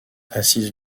assise